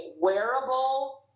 wearable